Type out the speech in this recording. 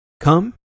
Come